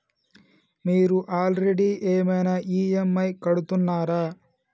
మీరు ఆల్రెడీ ఏమైనా ఈ.ఎమ్.ఐ కడుతున్నారా?